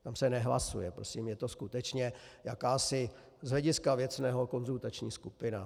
Tam se nehlasuje, prosím, je to skutečně jakási z hlediska věcného konzultační skupina.